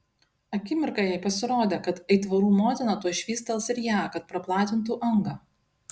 akimirką jai pasirodė kad aitvarų motina tuoj švystels ir ją kad praplatintų angą